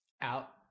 Out